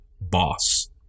boss